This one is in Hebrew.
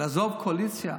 לעזוב קואליציה?